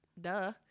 duh